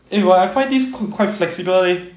eh but I find this cook quite flexible leh